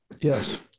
Yes